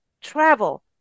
travel